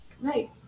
right